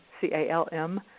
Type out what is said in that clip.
C-A-L-M